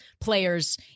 players